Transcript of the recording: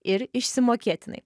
ir išsimokėtinai